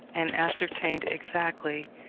and ascertained exactly